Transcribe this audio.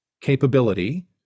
capability